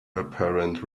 apparent